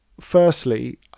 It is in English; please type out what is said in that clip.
Firstly